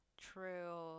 True